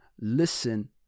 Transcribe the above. listen